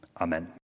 Amen